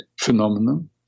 phenomenon